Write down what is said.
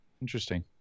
interesting